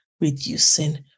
reducing